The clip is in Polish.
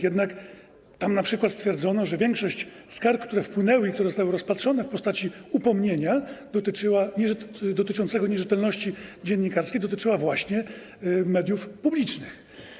Jednak np. stwierdzono w nim, że większość skarg, które wpłynęły i które zostały rozpatrzone w postaci upomnienia dotyczącego nierzetelności dziennikarskiej, dotyczyła właśnie mediów publicznych.